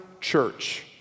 church